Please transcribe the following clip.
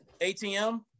ATM